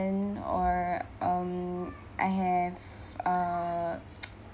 or um I have uh